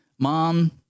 Mom